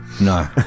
no